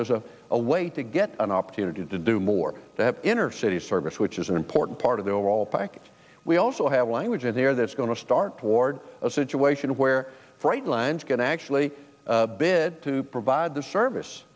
there's a a way to get an opportunity to do more inner city service which is an important part of the overall package we also have a language in there that's going to start toward a situation where right lines can actually bid to provide the